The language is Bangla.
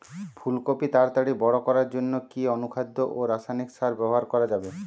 ফুল কপি তাড়াতাড়ি বড় করার জন্য কি অনুখাদ্য ও রাসায়নিক সার ব্যবহার করা যাবে?